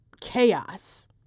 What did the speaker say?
chaos